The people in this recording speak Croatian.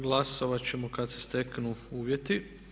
Glasovat ćemo kad se steknu uvjeti.